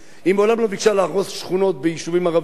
היא מעולם לא ביקשה להרוס שכונות ביישובים ערביים,